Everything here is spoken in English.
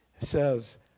says